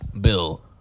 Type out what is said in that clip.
bill